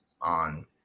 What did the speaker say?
on